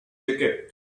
ticket